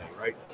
right